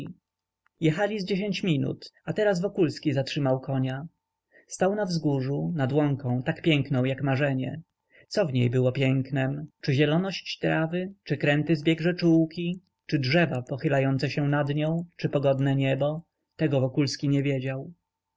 jechali z dziesięć minut a teraz wokulski zatrzymał konia stał na wzgórzu nad łąką tak piękną jak marzenie co w niej było pięknem czy zieloność trawy czy kręty zbieg rzeczułki czy drzewa pochylające się nad nią czy pogodne niebo wokulski nie wiedział